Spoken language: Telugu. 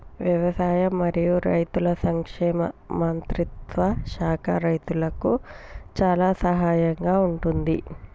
వ్యవసాయం మరియు రైతుల సంక్షేమ మంత్రిత్వ శాఖ రైతులకు చాలా సహాయం గా ఉంటుంది